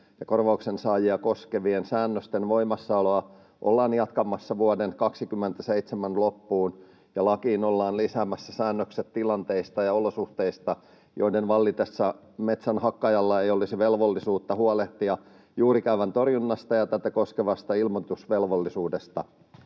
ja korvauksen saajia koskevien säännösten voimassaoloa ollaan jatkamassa vuoden 27 loppuun. Lakiin ollaan lisäämässä säännökset tilanteista ja olosuhteista, joiden vallitessa metsänhakkaajalla ei olisi velvollisuutta huolehtia juurikäävän torjunnasta ja tätä koskevasta ilmoitusvelvollisuudesta.